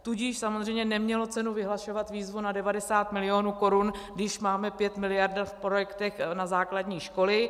Tudíž samozřejmě nemělo cenu vyhlašovat výzvu na 90 milionů korun, když máme 5 miliard v projektech na základní školy.